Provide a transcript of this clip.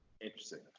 Interesting